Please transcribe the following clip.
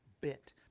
bit